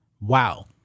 Wow